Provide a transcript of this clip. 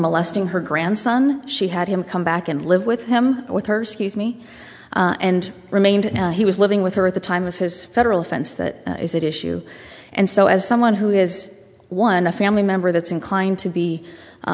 molesting her grandson she had him come back and live with him with her scuse me and remained he was living with her at the time of his federal offense that is that issue and so as someone who is one a family member that's inclined to be a